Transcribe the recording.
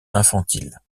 infantile